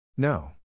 No